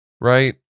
right